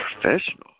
Professional